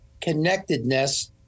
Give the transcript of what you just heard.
connectedness